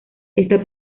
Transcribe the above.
esta